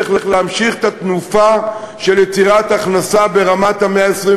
צריך להמשיך את התנופה של יצירת הכנסה ברמת המאה ה-21